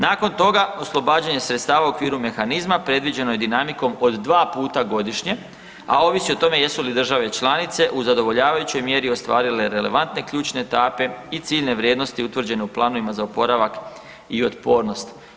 Nakon toga oslobađanje sredstava u okviru mehanizma predviđeno je dinamikom od dva puta godišnje, a ovisi o tome jesu li države članice u zadovoljavajućoj mjeri ostvarile relevantne ključne etape i ciljne vrijednosti utvrđene u planovima za oporavak i otpornost.